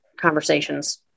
conversations